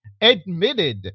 admitted